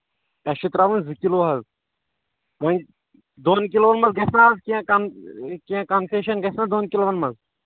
اَسہِ چھُ ترٛاوُن زٕ کِلوٗ حظ وۄنۍ دۄن کِلوٗوَن منٛز گژھِ نہ حظ کیٚنہہ کَن کیٚنہہ کَنسیشَن گژھِ نہ دۄن کِلوٗوَن منٛز